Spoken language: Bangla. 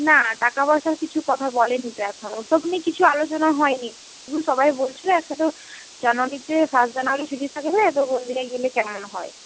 না টাকা পয়সার কিছু কথা বলে নি তো এখনও ওসব নিয়ে কিছু আলোচনা হয় নি এমনি সবাই বলছিলো একসাথে জানোয়ারিতে ফার্স্ট জানোয়ারি ছুটি থাকবে তো ওই দিনে গেলে কেমন হয়